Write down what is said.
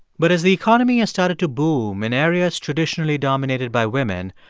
but as the economy has started to boom in areas traditionally dominated by women,